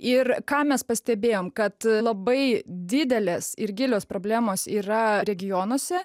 ir ką mes pastebėjom kad labai didelės ir gilios problemos yra regionuose